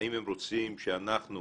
האם הם רוצים שאנחנו